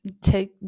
take